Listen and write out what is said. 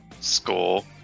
score